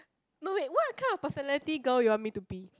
no wait what kind of personality girl you want me to be